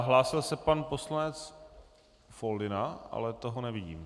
Hlásil se pan poslanec Foldyna, ale toho nevidím.